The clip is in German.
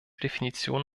definition